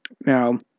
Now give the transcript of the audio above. Now